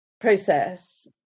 process